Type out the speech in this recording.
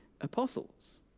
apostles